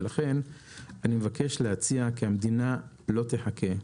לכן אני מבקש להציע שהמדינה לא תחכה,